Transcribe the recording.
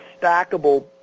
stackable